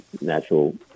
natural